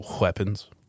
weapons